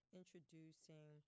introducing